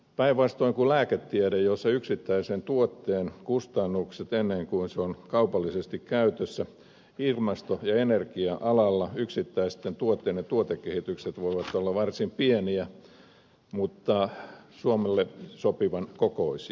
päinvastoin kuin lääketieteessä jossa yksittäisen tuotteen kustannukset ovat suuret ennen kuin se on kaupallisesti käytössä ilmasto ja energia alalla yksittäisten tuotteiden tuotekehitykset voivat olla varsin pieniä mutta suomelle sopivan kokoisia